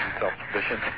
self-sufficient